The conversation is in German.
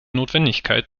notwendigkeit